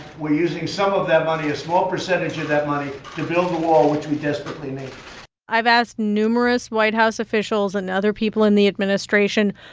we're using some of that money, a small percentage that money, to build the wall, which we desperately need i've asked numerous white house officials and other people in the administration,